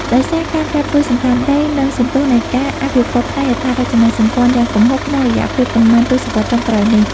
ដោយសារ ការប្រែប្រួលសណ្ឋានដី និងសន្ទុះនៃការអភិវឌ្ឍផ្នែកហេដ្ឋារចនាសម្ព័ន្ធយ៉ាងគំហុកក្នុងរយៈពេលប៉ុន្មានទសវត្សរ៍ចុងក្រោយនេះ។